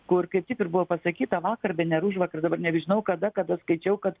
kur kaip tik ir buvo pasakyta vakar bene ar užvakar dabar nebežinau kada kada skaičiau kad